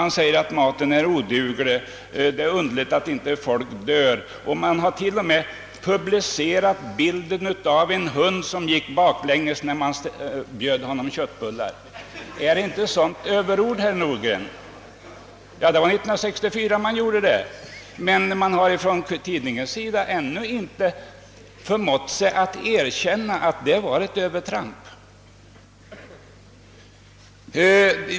Man har sagt att den är oduglig och att det är underligt att folk inte dör, och det har t.o.m. publicerats en bild av en hund som går baklänges när den bjuds på köttbullar. Är inte detta överord, herr Nordgren? Detta ägde rum 1964, men tidningen har ännu inte erkänt att det var ett övertramp.